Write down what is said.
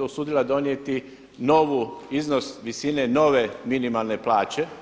usudila donijeti novi iznos visine nove minimalne plaće.